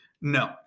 No